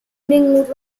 mingled